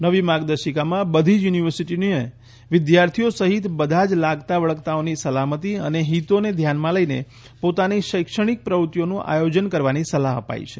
નવી માર્ગદર્શિકામાં બધી જ યુનિવર્સિટીઓને વિદ્યાર્થીઓ સહિત બધા જ લાગતાવળગતાઓની સલામતી અને હિતોને ધ્યાનમાં લઇને પોતાની શૈક્ષણિક પ્રવૃત્તિઓનું આયોજન કરવાની સલાહ અપાઇ છે